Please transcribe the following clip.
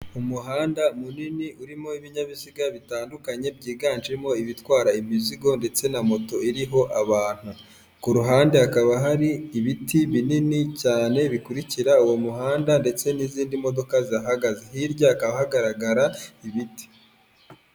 Umuhanda munini urimo ibinyabiziga bitandukanye byiganjemo ibitwara imizigo ndetse na moto iriho abantu, ku ruhande hakaba hari ibiti binini cyane bikurikira uwo muhanda ndetse n'izindi modoka zahagaze hirya hakaba hagaragara ibiti.